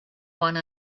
one